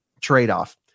trade-off